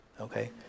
Okay